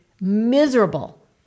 miserable